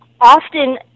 Often